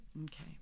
Okay